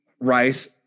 rice